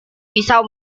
pisau